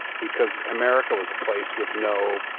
because america was a place with no,